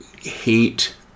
hate